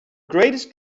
greatest